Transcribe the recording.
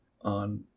on